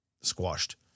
squashed